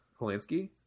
Polanski